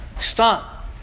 Stop